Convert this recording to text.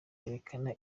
yerekana